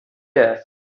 that